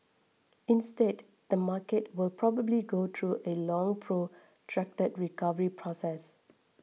instead the market will probably go through a long protracted recovery process